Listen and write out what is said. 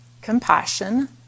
compassion